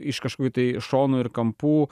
iš kažkokių tai šonų ir kampų